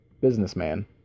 businessman